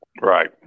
Right